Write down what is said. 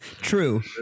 True